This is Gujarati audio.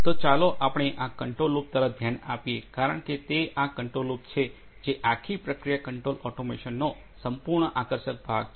તો ચાલો આપણે આ કંટ્રોલ લૂપ તરફ ધ્યાન આપીએ કારણ કે તે આ કંટ્રોલ લૂપ છે જે આખી પ્રક્રિયા કંટ્રોલ ઓટોમેશનનો સંપૂર્ણ આકર્ષક ભાગ છે